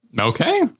Okay